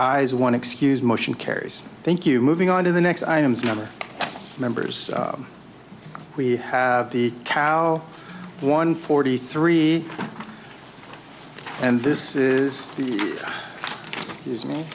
eyes one excuse motion carries thank you moving on to the next items number members we have the cow one forty three and this is